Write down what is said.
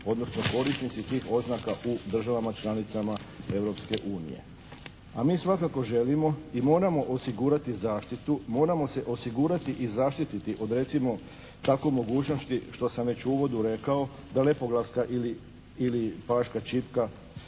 odnosno korisnici tih oznaka u državama članicama Europske unije. A mi svakako želimo i moramo osigurati zaštitu, moramo se osigurati i zaštitit od recimo kako mogućnosti što sam već u uvodu rekao, da Lepoglavska ili Paška čipka